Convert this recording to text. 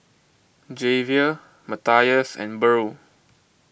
Javier Matias and Burl